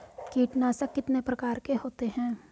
कीटनाशक कितने प्रकार के होते हैं?